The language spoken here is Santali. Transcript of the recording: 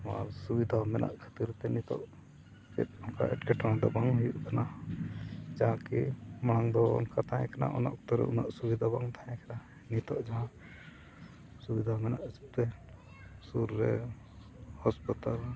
ᱱᱚᱣᱟ ᱥᱩᱵᱤᱫᱷᱟ ᱢᱮᱱᱟᱜ ᱠᱷᱟᱹᱛᱤᱨ ᱛᱮ ᱱᱤᱛᱳᱜ ᱪᱮᱫ ᱚᱱᱠᱟ ᱮᱴᱠᱮᱴᱚᱬᱮ ᱫᱚ ᱵᱟᱝ ᱦᱩᱭᱩᱜ ᱠᱟᱱᱟ ᱡᱟᱦᱟᱸ ᱠᱤ ᱢᱟᱲᱟᱝ ᱫᱚ ᱚᱱᱠᱟ ᱛᱟᱦᱮᱸ ᱠᱟᱱᱟ ᱚᱱᱟ ᱚᱠᱛᱚ ᱨᱮ ᱩᱱᱟᱹᱜ ᱥᱩᱵᱤᱫᱷᱟ ᱵᱟᱝ ᱛᱟᱦᱮᱸ ᱠᱟᱱᱟ ᱱᱤᱛᱳᱜ ᱡᱟᱦᱟᱸ ᱥᱩᱵᱤᱫᱷᱟ ᱢᱮᱱᱟᱜ ᱛᱮ ᱥᱩᱨ ᱨᱮ ᱦᱟᱥᱯᱟᱛᱟᱞ